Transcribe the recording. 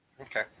Okay